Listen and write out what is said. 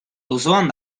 auzoan